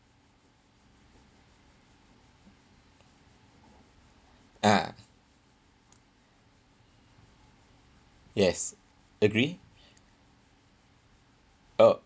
ah yes agree oh